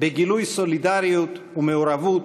בגילויי סולידריות ומעורבות,